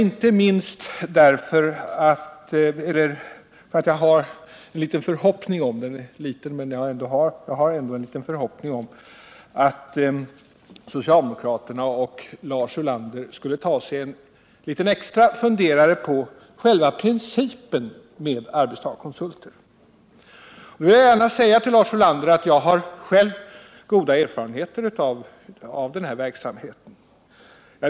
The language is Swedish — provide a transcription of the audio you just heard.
Inte minst därför att jag hyser en liten förhoppning om att det hos socialdemokraterna och Lars Ulander finns en vilja att ta sig en extra funderare kring själva principen med löntagarkonsulter. Jag har själv goda erfarenheter av detta slag av verksamhet.